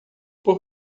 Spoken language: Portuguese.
por